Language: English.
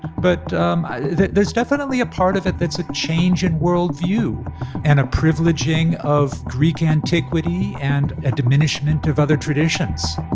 but um there's definitely a part of it that's a change in worldview and a privileging of greek antiquity and a diminishment of other traditions.